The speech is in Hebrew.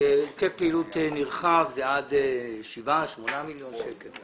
והיקף פעילות נרחב הוא עד שבעה-שמונה מיליון שקלים.